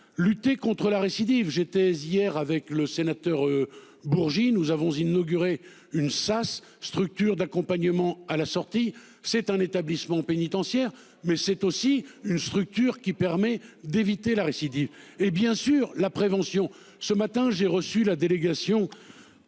Lutter contre la récidive. J'étais hier avec le sénateur Bourgi nous avons inauguré une SAS structures d'accompagnement à la sortie. C'est un établissement pénitentiaire mais c'est aussi une structure qui permet d'éviter la récidive. Et bien sur la prévention. Ce matin j'ai reçu la délégation.